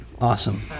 awesome